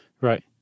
Right